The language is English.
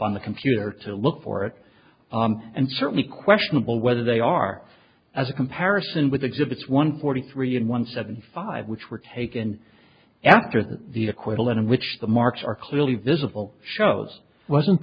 on the computer to look for it and certainly questionable whether they are as a comparison with exhibits one forty three and one seventy five which were taken after that the equivalent in which the marks are clearly visible shows wasn't